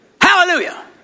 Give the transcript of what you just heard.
Hallelujah